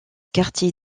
quartier